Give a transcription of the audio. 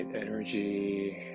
energy